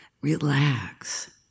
relax